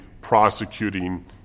prosecuting